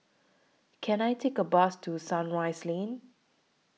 Can I Take A Bus to Sunrise Lane